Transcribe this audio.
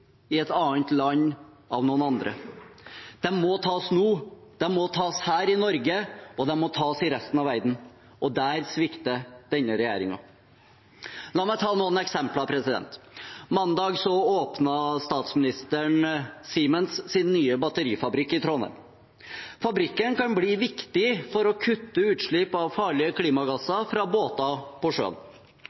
i et annet land av noen andre. De må tas nå, de må tas her i Norge, og de må tas i resten av verden. Der svikter denne regjeringen. La meg ta noen eksempler. Mandag åpnet statsministeren Siemens nye batterifabrikk i Trondheim. Fabrikken kan bli viktig for å kutte utslipp av farlige klimagasser fra båter på sjøen,